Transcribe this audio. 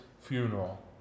funeral